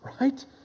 right